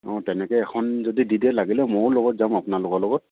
অঁ তেনেকে এখন যদি দি দে লাগিলে ময়ো লগত যাম আপোনালোকৰ লগত